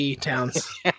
towns